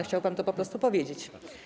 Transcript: Chciał pan to po prostu powiedzieć.